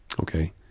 okay